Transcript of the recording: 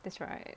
that's right